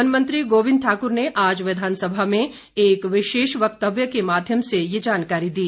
one मंत्री गोविंद ठाक्र ने आज विधानसभा में एक विशेष व्यक्तव्य के माध्यम से ये जानकारी दी